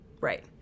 Right